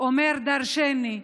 אומר דרשני.